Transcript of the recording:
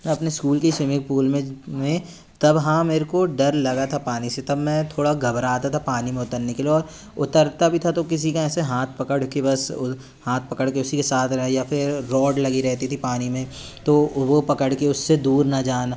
अपने इस्कूल की swimming pool में में तब हाँ मेरे को डर लगा था पानी से तब मैं थोड़ा घबराता था पानी में उतरने के लिए और उतरता भी था तो किसी का ऐसे हाथ पकड़ के बस हाथ पकड़ के उसी के साथ रहा या फिर रॉड लगी रहती थी पानी में तो वो पकड़ के उससे दूर ना जाना